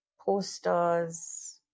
posters